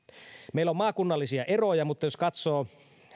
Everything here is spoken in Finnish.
meillä on maakunnallisia eroja mutta jos katsoo